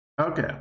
Okay